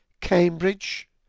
Cambridge